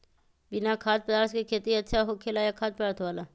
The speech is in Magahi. बिना खाद्य पदार्थ के खेती अच्छा होखेला या खाद्य पदार्थ वाला?